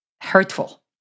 hurtful